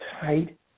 tight